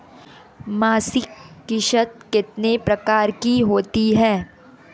मासिक किश्त कितने प्रकार की होती है?